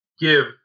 give